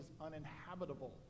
uninhabitable